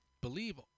believe